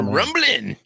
rumbling